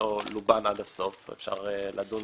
כי הכסף נשאר.